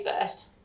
first